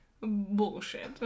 Bullshit